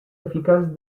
efficace